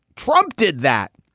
trump did that.